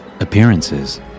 Appearances